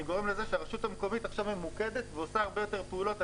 אני גורם לזה שהרשות המקומית עכשיו ממוקדת ועושה הרבה יותר פעולות.